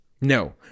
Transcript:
No